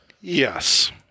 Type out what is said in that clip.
Yes